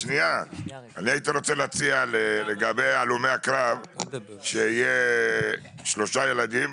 הייתי רוצה להציע לגבי הלומי הקרב שיהיו שלושה ילדים